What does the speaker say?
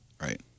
right